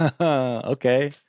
Okay